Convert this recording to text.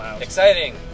Exciting